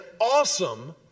awesome